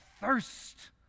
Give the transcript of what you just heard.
thirst